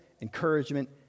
encouragement